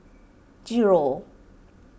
zero